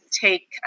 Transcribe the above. take